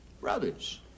Brothers